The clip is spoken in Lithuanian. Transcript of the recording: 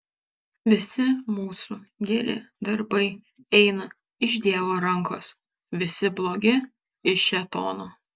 visi mūsų geri darbai eina iš dievo rankos visi blogi iš šėtono